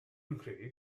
nghri